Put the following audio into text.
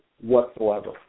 whatsoever